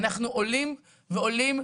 אנחנו עולים ועולים,